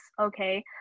okay